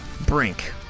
Brink